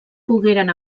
pogueren